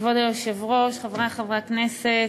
כבוד היושב-ראש, חברי חברי הכנסת,